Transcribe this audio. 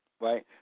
right